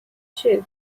sheep